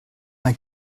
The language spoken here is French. n’a